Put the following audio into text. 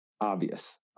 obvious